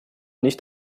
nicht